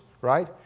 right